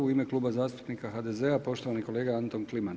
U ime Kluba zastupnika HDZ-a poštovani kolega Anton Kliman.